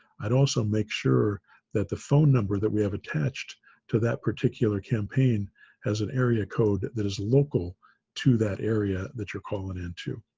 i'd also make sure that the phone number that we have attached to that particular campaign has an area code that is local to that area that you're calling in to.